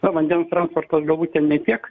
na vandens transporto galbūt ten ne tiek